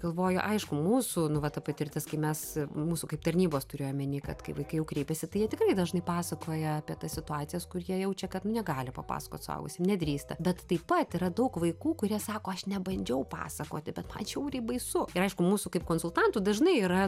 galvoju aišku mūsų nu va ta patirtis kai mes mūsų kaip tarnybos turiu omeny kad kai vaikai jau kreipiasi tai jie tikrai dažnai pasakoja apie tas situacijas kur jie jaučia kad negali papasakot suaugusiam nedrįsta bet taip pat yra daug vaikų kurie sako aš nebandžiau pasakoti bet man žiauriai baisu ir aišku mūsų kaip konsultantų dažnai yra